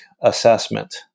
assessment